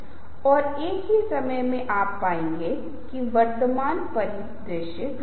दूसरा संदेश है जाहिर है अरस्तू के संदर्भ में जिस तरह की अपील हमने की है वह है और इसे कौन कहता है और तर्क या इसके भावनात्मक आयाम मे